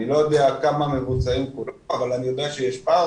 אני לא יודע כמה מבוצעים אבל אני יודע שיש פער